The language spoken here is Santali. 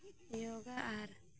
ᱡᱳᱜᱟ ᱟᱨ